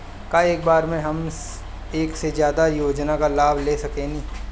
का एक बार में हम एक से ज्यादा योजना का लाभ ले सकेनी?